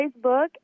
Facebook